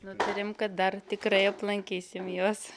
nutarėm kad dar tikrai aplankysim juos